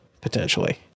potentially